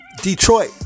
detroit